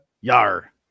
Yar